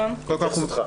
הישיבה.